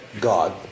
God